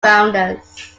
founders